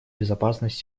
безопасность